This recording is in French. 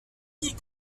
dit